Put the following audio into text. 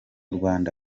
rwanda